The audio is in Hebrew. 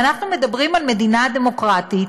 ואנחנו מדברים על מדינה דמוקרטית,